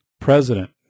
President